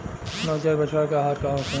नवजात बछड़ा के आहार का होखे?